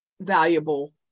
valuable